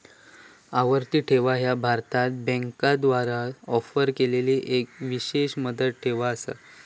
आवर्ती ठेव ह्या भारतीय बँकांद्वारा ऑफर केलेलो एक विशेष मुदत ठेव असा